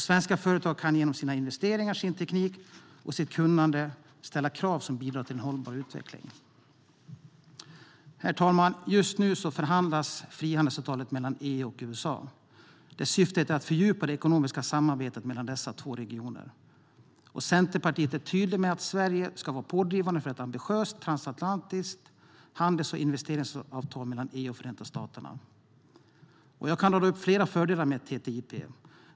Svenska företag kan genom sina investeringar, sin teknik och sitt kunnande ställa krav som bidrar till en hållbar utveckling. Herr talman! Just nu förhandlas frihandelsavtalet mellan EU och USA, där syftet är att fördjupa det ekonomiska samarbetet mellan dessa två regioner. Centerpartiet är tydligt med att Sverige ska vara pådrivande för ett ambitiöst transatlantiskt handels och investeringsavtal mellan EU och Förenta staterna. Jag kan rada upp flera fördelar med TTIP.